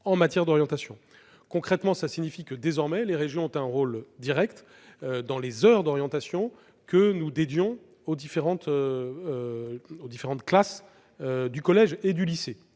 en matière d'orientation. Concrètement, cela signifie que, désormais, les régions ont un rôle direct pour ce qui concerne les heures d'orientation que nous dédions aux différentes classes du collège et du lycée.